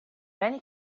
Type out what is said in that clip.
many